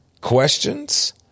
questions